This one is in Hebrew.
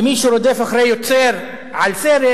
ומי שרודף אחרי יוצר של סרט,